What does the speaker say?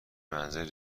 منزل